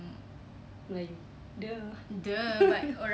melayu !duh!